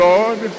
Lord